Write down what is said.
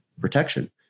protection